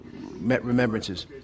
remembrances